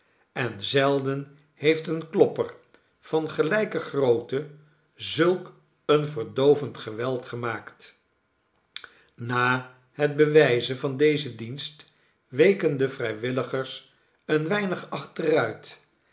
en zelden heeft een klopper van gelijke grootte zulk een verdoovend geweld gemaakt na het bewijzen van dezen dienst weken de vrijwilligers een weinig achteruit